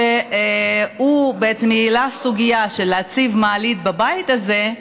וכשהוא העלה את הסוגיה של להציב מעלית בבית הזה,